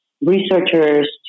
researchers